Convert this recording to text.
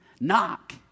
Knock